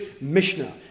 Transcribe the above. Mishnah